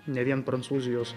ne vien prancūzijos